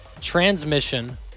transmission